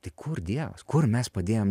tai kur dievas kur mes padėjom